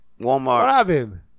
Walmart